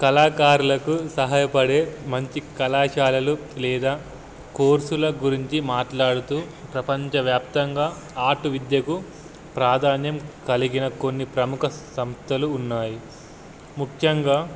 కళాకారులకు సహాయపడే మంచి కళాశాలలు లేదా కోర్సుల గురించి మాట్లాడుతూ ప్రపంచవ్యాప్తంగా ఆర్టు విద్యకు ప్రాధాన్యం కలిగిన కొన్ని ప్రముఖ సంస్థలు ఉన్నాయి ముఖ్యంగా